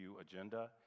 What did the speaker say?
agenda